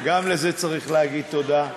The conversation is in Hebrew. גם לזה צריך להגיד תודה,